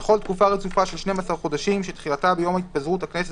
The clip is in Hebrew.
בכל תקופה רצופה של שנים עשר חודשים שתחילתה ביום התפזרות הכנסת